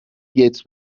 گیتس